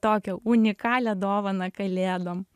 tokią unikalią dovaną kalėdom